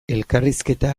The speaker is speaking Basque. elkarrizketa